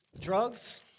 Drugs